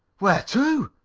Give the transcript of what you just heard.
where to?